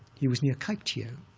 he was near kyaikhtiyo,